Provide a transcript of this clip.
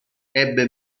ebbe